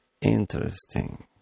interesting